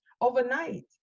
overnight